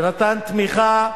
שנתן תמיכה.